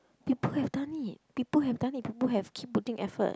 people have done it people have done it people have keep putting effort